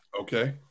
okay